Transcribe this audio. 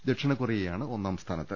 ദക്ഷിണ കൊറിയയാണ് ഒന്നാം സ്ഥാനത്ത്